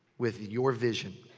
with your vision,